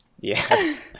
Yes